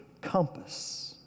compass